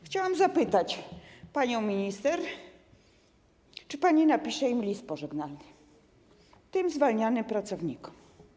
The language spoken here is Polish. Chciałam zapytać panią minister: Czy pani napisze im list pożegnalny, tym zwalnianym pracownikom?